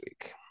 week